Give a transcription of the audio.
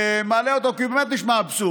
ומעלה אותו, כי הוא באמת נשמע אבסורד.